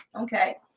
okay